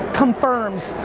confirms,